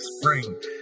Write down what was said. spring